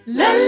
la